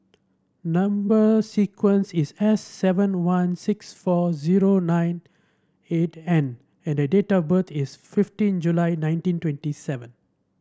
number sequence is S seven one six four zero nine eight N and the date of birth is fifteen July nineteen twenty seven